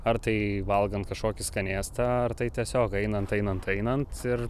ar tai valgant kažkokį skanėstą ar tai tiesiog einant einant einant ir